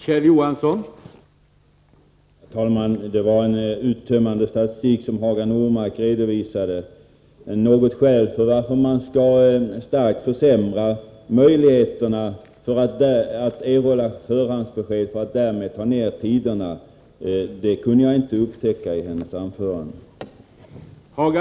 Herr talman! Det var en uttömmande statistik som Hagar Normark redovisade. Något skäl till att starkt försämra möjligheterna att erhålla förhandsbesked — och därmed korta ner väntetiderna — kunde jag inte upptäcka i hennes anförande.